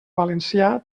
valencià